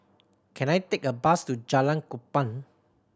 can I take a bus to Jalan Kupang